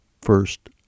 first